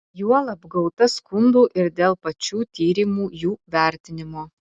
juolab gauta skundų ir dėl pačių tyrimų jų vertinimo